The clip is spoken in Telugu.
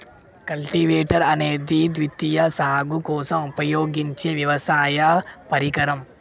కల్టివేటర్ అనేది ద్వితీయ సాగు కోసం ఉపయోగించే వ్యవసాయ పరికరం